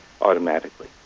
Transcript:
automatically